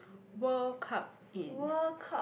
World Cup in